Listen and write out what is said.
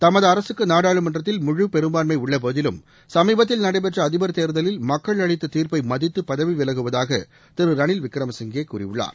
தமது அரசுக்கு நாடாளுமன்றத்தில் முழு பெரும்பான்மை உள்ளபோதிலும் சமீபத்தில் நடைபெற்ற அதிபர் தேர்தலில் மக்கள் அளித்த தீர்ப்பை மதித்து பதவி விலகுவதாக திரு ரனில் விக்ரமசிங்கே கூறினார்